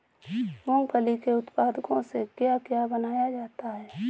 मूंगफली के उत्पादों से क्या क्या बनाया जाता है?